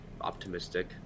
optimistic